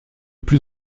plus